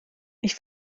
ich